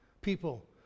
people